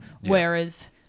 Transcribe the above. whereas